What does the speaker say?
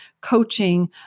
coaching